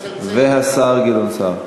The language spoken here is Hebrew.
והשר גדעון סער.